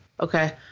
Okay